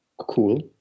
Cool